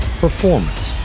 Performance